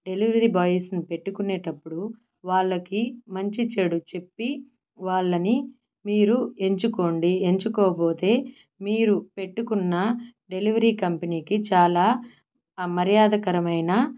delivery బాయ్స్ని పెట్టుకునేటప్పుడు వాళ్ళకి మంచి చెడు చెప్పి వాళ్ళని మీరు ఎంచుకోండి ఎంచుకోకపోతే మీరు పెట్టుకున్న డెలివరీ కంపెనీకి చాలా అమర్యాదకరమైన